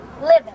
living